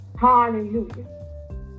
Hallelujah